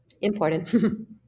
important